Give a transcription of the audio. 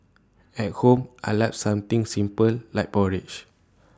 at home I Like something simple like porridge